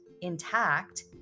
intact